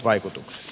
vaikutukset